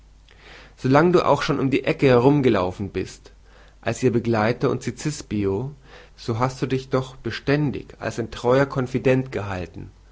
lange du auch schon um die erde herumgelaufen bist als ihr begleiter und cicisbeo so hast du dich doch beständig als ein treuer confident gehalten